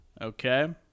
Okay